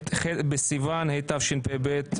ח' בסיון התשפ"ב,